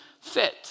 fit